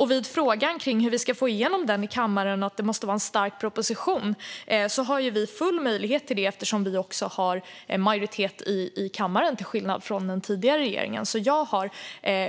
När det gäller att få igenom handlingsplanen i kammaren - apropå att det måste vara en stark proposition - har vi full möjlighet till det eftersom vi, till skillnad från den tidigare regeringen, har majoritet i kammaren.